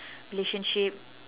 relationship